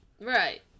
Right